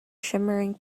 shimmering